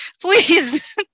please